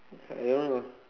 I don't know